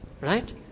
Right